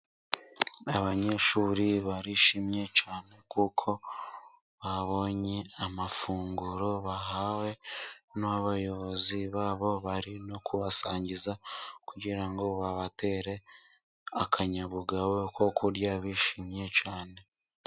Abanyeshuri barishimye cyane kuko babonye amafunguro bahawe n'abayobozi babo, bari no kubasangiza kugira ngo babatere akanyabugabo ko kurya bishimye cyane.